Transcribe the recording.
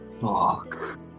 Fuck